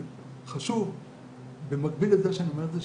אבל חשוב במקביל לזה שאני אומר את זה,